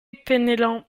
penellan